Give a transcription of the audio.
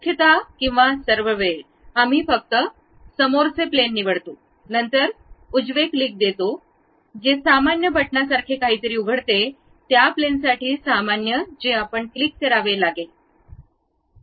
मुख्यत किंवा सर्व वेळ आम्ही फक्त समोर प्लेन निवडतो नंतर उजवे क्लिक देतो जे सामान्य बटणासारखे काहीतरी उघडते त्या प्लेनसाठी सामान्य जे आपण क्लिक करावे लागेल